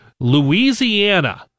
Louisiana